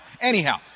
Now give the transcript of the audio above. Anyhow